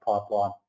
pipeline